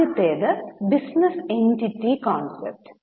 ആദ്യത്തേത് business entity concept